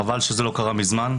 חבל שזה לא קרה מזמן,